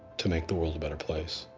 to make the world a better place.